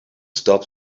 stop